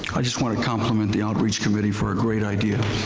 i just want to compliment the outreach committee for a great idea,